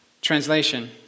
Translation